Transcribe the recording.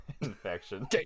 infection